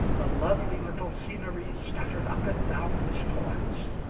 the lovely little sceneries scattered up and down his poems,